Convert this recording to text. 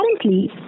currently